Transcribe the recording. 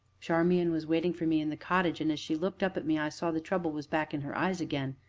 charmian was waiting for me in the cottage, and, as she looked up at me, i saw the trouble was back in her eyes again.